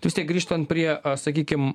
tai vistiek grįžtant prie sakykim